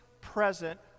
present